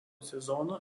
sezono